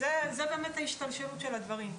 זאת באמת ההשתלשלות של הדברים.